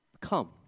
come